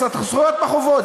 את הזכויות בחובות,